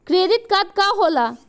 Credit card का होला?